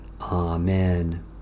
Amen